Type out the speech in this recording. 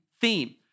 theme